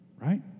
Right